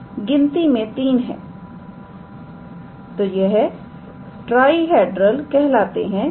तो यह गिनती में 3 है तो यह ट्राईहैडरल कहलाते है